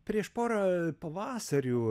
prieš porą pavasarių